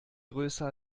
größer